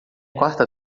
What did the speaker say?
quarta